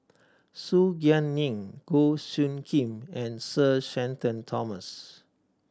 Su Guaning Goh Soo Khim and Sir Shenton Thomas